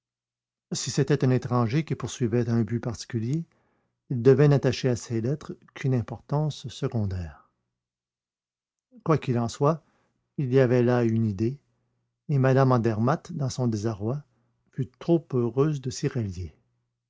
si c'était un étranger qui poursuivait un but particulier il devait n'attacher à ces lettres qu'une importance secondaire quoi qu'il en soit il y avait là une idée et mme andermatt dans son désarroi fut trop heureuse de